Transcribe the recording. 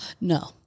No